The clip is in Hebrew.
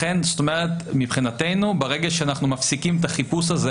לכן מבחינתנו ברגע שאנחנו מפסיקים את החיפוש הזה